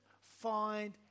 find